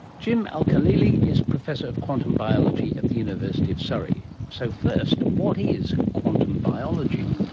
jim al-khalili is professor of quantum biology at the university of surrey. so first, what is quantum biology?